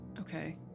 Okay